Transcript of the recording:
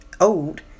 old